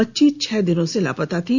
बच्ची छह दिनों से लापता थी